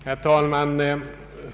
Herr talman!